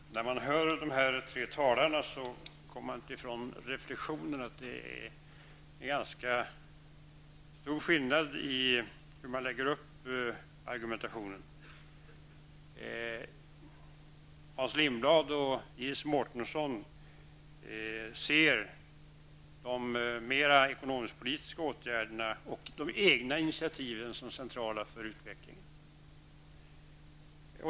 Herr talman! När man hört dessa tre talare kommer man inte ifrån reflexionen att det är ganska stora skillnader i hur de lägger upp argumentationen. Hans Lindblad och Iris Mårtensson ser de mera ekonomisk-politiska åtgärderna och de egna initiativen som centrala för utvecklingen.